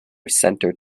centre